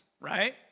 right